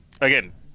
Again